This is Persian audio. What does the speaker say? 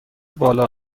بالا